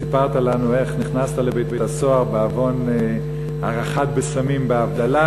סיפרת לנו איך נכנסת לבית-הסוהר בעוון הרחת בשמים בהבדלה,